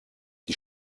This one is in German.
die